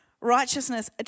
righteousness